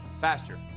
faster